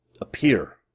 appear